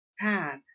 path